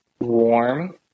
warm